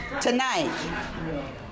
Tonight